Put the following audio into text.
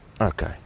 okay